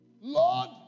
Lord